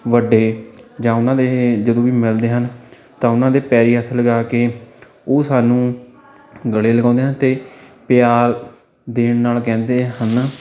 ਵੱਡੇ ਜਾਂ ਉਹਨਾਂ ਦੇ ਜਦੋਂ ਵੀ ਮਿਲਦੇ ਹਨ ਤਾਂ ਉਹਨਾਂ ਦੇ ਪੈਰੀਂ ਹੱਥ ਲਗਾ ਕੇ ਉਹ ਸਾਨੂੰ ਗਲੇ ਲਗਾਉਂਦੇ ਆ ਅਤੇ ਪਿਆਰ ਦੇਣ ਨਾਲ ਕਹਿੰਦੇ ਹਨ